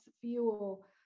fuel